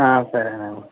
ఆ సరేనండి